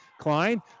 Klein